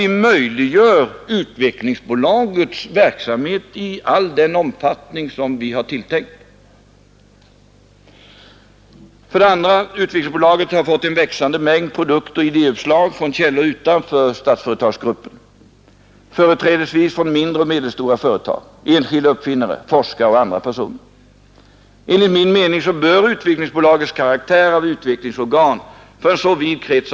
De uppgifter som herr Burenstam Linder tagit fram är väl inte alldeles korrekta, åtminstone inte i alla delar. Enligt Statsföretags delårsrapport för 1971 ökade antalet anställda med 1150, trots inskränkningar i Kalmar verkstads AB med 350.